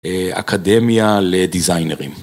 אקדמיה לדיזיינרים.